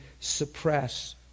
suppress